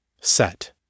Set